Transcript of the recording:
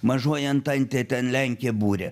mažoji antantė ten lenkija būrė